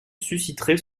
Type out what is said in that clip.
susciterait